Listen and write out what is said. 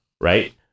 right